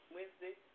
Wednesday